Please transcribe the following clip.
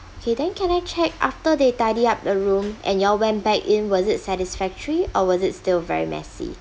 okay then can I check after they tidy up the room and you all went back in was it satisfactory or was it still very messy